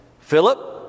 Philip